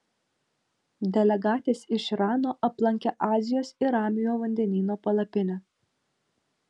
delegatės iš irano aplankė azijos ir ramiojo vandenyno palapinę